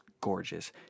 gorgeous